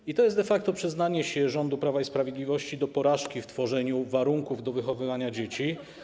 I to jest de facto przyznanie się rządu Prawa i Sprawiedliwości do porażki w tworzeniu warunków do wychowywania dzieci.